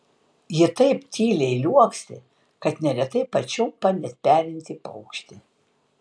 ji taip tyliai liuoksi kad neretai pačiumpa net perintį paukštį